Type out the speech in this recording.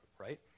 right